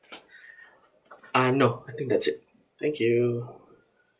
ah no I think that's it thank you